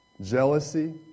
jealousy